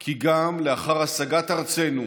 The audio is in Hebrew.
כי גם לאחר השגת ארצנו